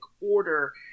order